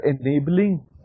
enabling